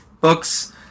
books